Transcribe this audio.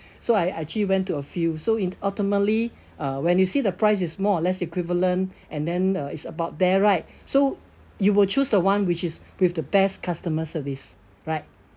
so I actually went to a few so in ultimately uh when you see the price is more or less equivalent and then uh it's about there right so you will choose the one which is with the best customer service right